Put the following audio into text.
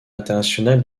international